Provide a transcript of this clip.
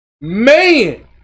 man